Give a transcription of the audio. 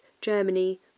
Germany